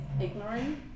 ignorant